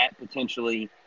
potentially